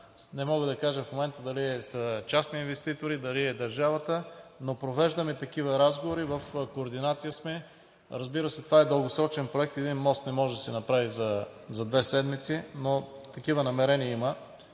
не мога да кажа в момента дали са частни инвеститори, или е държавата, но провеждаме такива разговори, в координация сме. Разбира се, това е дългосрочен проект – един мост не може да се направи за две седмици, но такива намерения има.